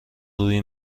روی